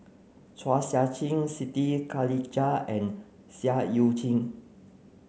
Chua Sian Chin Siti Khalijah and Seah Eu Chin